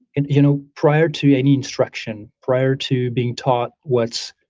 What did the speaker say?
and you know prior to any instruction, prior to being taught what's